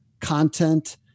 content